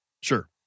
Sure